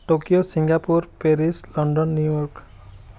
Tokyo Singapore Paris London New York